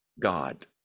God